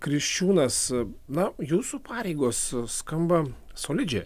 kriščiūnas na jūsų pareigos skamba solidžiai